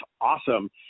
awesome